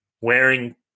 wearing